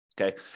Okay